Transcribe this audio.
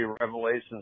revelations